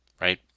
right